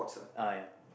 uh ya